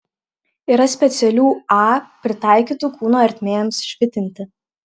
yra specialių a pritaikytų kūno ertmėms švitinti